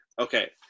Okay